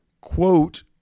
quote